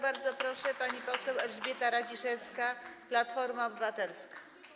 Bardzo proszę, pani poseł Elżbieta Radziszewska, Platforma Obywatelska.